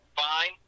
fine